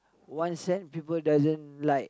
one cent people doesn't like